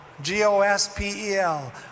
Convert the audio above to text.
G-O-S-P-E-L